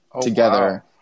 together